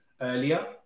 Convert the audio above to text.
earlier